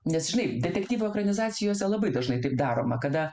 nes žinai detektyvų ekranizacijose labai dažnai taip daroma kada